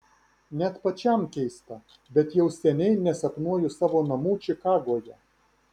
net pačiam keista bet jau seniai nesapnuoju savo namų čikagoje